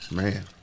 Man